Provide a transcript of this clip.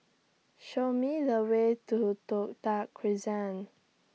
Show Me The Way to Toh Tuck Crescent